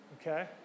Okay